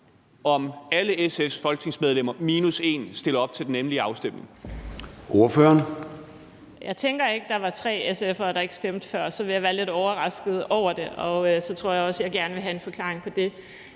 Gade): Ordføreren. Kl. 10:40 Karina Lorentzen Dehnhardt (SF): Jeg tænker ikke, der var 3 SF'ere, der ikke stemte før. Så ville jeg være lidt overrasket over det, og så tror jeg også, jeg gerne vil have en forklaring på det.